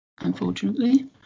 Unfortunately